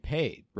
paid